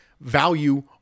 value